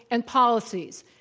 and policies.